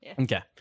Okay